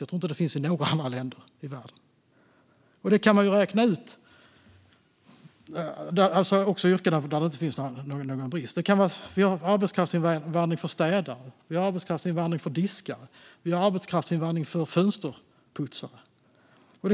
Jag tror inte att några andra länder har det. Vi har arbetskraftsinvandring för städare, för diskare och för fönsterputsare.